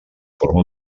forma